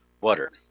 water